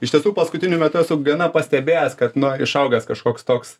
iš tiesų paskutiniu metu esu gana pastebėjęs kad na išaugęs kažkoks toks